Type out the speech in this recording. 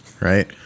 Right